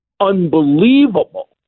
unbelievable